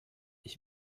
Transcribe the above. ich